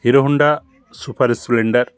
Hero Honda super splendor